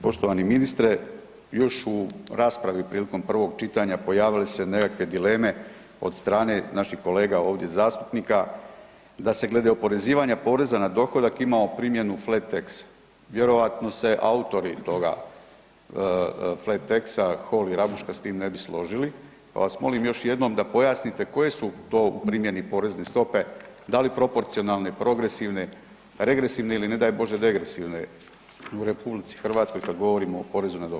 Poštovani ministre, još u raspravi prilikom prvog čitanja pojavile su se nekakve dileme od strane naših kolega ovdje zastupnika da se glede oporezivanja poreza na dohodak imao primjenu flat tax, vjerojatno se autori toga flat-tax Hall i Rabushka s tim ne bi složili, pa vas molim još jednom da pojasnite koje su to u primjeni porezne stope, da li proporcionalne, progresivne, regresivne ili ne daj Bože degresivne u RH kad govorimo o porezu na dohodak?